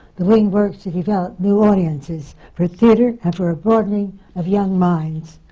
the wing works to develop new audiences for theatre and for a broadening of young minds.